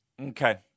Okay